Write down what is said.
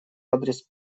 адрес